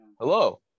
hello